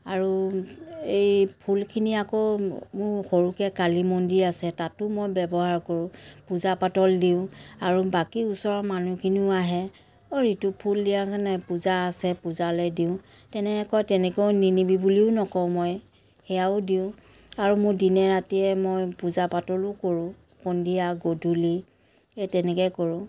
আৰু এই ফুলখিনি আকৌ মোৰ সৰুকৈ কালী মন্দিৰ আছে তাতো মই ব্যৱহাৰ কৰোঁ পূজা পাতল দিওঁ আৰু বাকী ওচৰৰ মানুহখিনিও আহে ইটো ফুল দিয়া কেনে পূজা আছে পূজালৈ দিওঁ তেনেকুৱা তেনেকৈ নিনিবি বুলিও নকওঁ মই সেয়াও দিওঁ আৰু মোৰ দিনে ৰাতিয়ে মই পূজা পাতলো কৰোঁ সন্ধিয়া গধূলি এ তেনেকৈ কৰোঁ